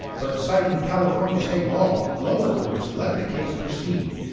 but citing california state law, lower courts let the case proceed.